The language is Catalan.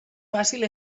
fàcil